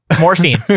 morphine